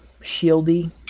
shieldy